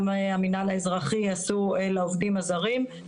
גם המנהל האזרחי עשו לעובדים הזרים,